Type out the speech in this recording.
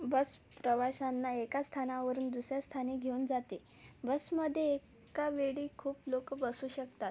बस प्रवाशांना एका स्थानावरून दुसऱ्या स्थानी घेऊन जाते बसमध्ये एका वेळी खूप लोक बसू शकतात